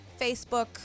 Facebook